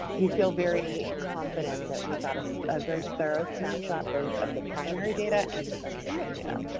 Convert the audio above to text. we feel very confident that we got a ah very thorough snapshot, both of the primary data and the secondary data.